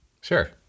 Sure